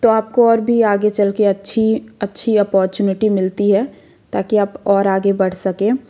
तो आपको और भी आगे चलके अच्छी अच्छी अपॉर्चुनिटी मिलती है ताकि आप और आगे बढ़ सकें